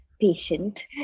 patient